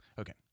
Okay